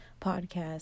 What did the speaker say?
podcast